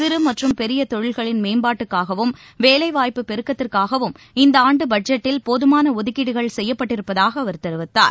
சிறு மற்றும் பெரிய தொழில்களின் மேம்பாட்டுக்காகவும் வேலைவாய்ப்பு பெருக்கத்திற்காகவும் இந்த ஆண்டு பட்ஜெட்டில் போதுமான ஒதுக்கீடுகள் செய்யப்பட்டிருப்பதாக அவர் தெரிவித்தார்